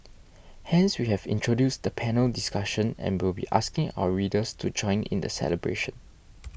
hence we have introduced the panel discussion and will be asking our readers to join in the celebration